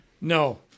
No